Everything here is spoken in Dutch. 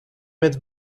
met